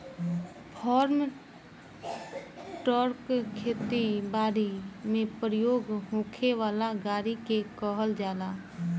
form truck खेती बारी में प्रयोग होखे वाला गाड़ी के कहल जाला